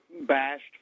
bashed